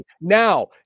Now